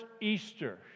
Easter